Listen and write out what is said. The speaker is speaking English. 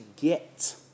get